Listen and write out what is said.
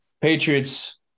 Patriots